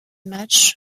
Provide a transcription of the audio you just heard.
matchs